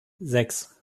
sechs